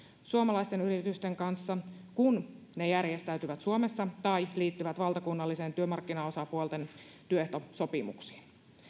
suomalaisten yritysten kanssa kun ne järjestäytyvät suomessa tai liittyvät valtakunnallisten työmarkkinaosapuolten työehtosopimuksiin